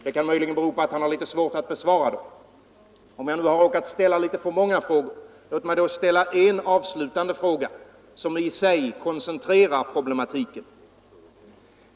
Det kan möjligen bero på att han har litet svårt att besvara dem. Om jag nu råkat ställa något för många frågor, vill jag i stället ta upp endast en avslutande fråga, som i sig koncentrerar problematiken.